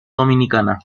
dominicana